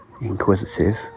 inquisitive